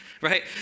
Right